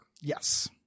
Yes